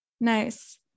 nice